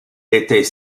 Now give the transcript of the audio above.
était